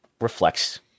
reflects